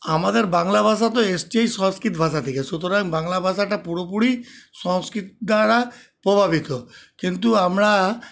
আমাদের বাংলা ভাষা তো এসছেই সংস্কৃত ভাষা থেকে সুতরাং বাংলা ভাষাটা পুরোপুরি সংস্কৃত দ্বারা প্রভাবিত কিন্তু আমরা